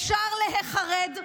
אפשר להיחרד,